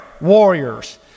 warriors